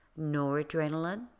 noradrenaline